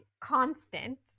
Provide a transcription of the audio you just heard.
constant